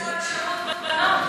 תגיד לו משהו על שירות בנות אולי,